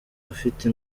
afite